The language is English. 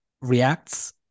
reacts